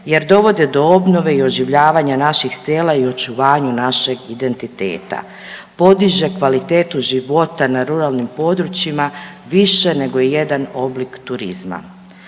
jer dovode do obnove i oživljavanja naših sela i očuvanju našeg identiteta, podiže kvalitetu života na ruralnim područjima više nego i jedan oblik turizma.